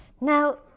Now